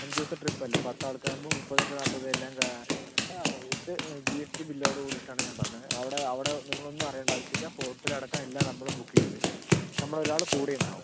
അഞ്ച് ദിവസത്തെ ട്രിപ്പ് അല്ലേ പത്താൾക്ക് ആവുമ്പം മുപ്പത്തിയെട്ട് നാൽപത് എല്ലാം ആ വിത്ത് ജി എസ് ടി ബില്ലോട് കൂടിയിട്ടാണ് ഞാൻ പറഞ്ഞത് അവിടെ അവിടെ നിങ്ങൾ ഒന്നും അറിയേണ്ട ആവശ്യം ഇല്ല ഹോട്ടൽ അടക്കം എല്ലാം നമ്മൾ ബുക്ക് ചെയ്ത് തരും നമ്മൾ ഒരാൾ കൂടെ ഉണ്ടാവും